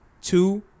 two